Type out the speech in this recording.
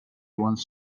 wants